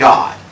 God